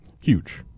huge